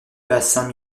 bassin